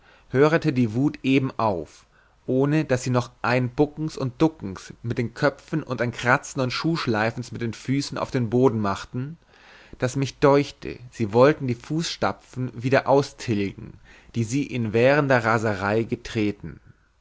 hörete die wut eben auf ohn daß sie noch ein buckens und duckens mit den köpfen und ein kratzens und schuhschleifens mit den füßen auf dem boden machten daß mich deuchte sie wollten die fußstapfen wieder austilgen die sie in währender raserei getretten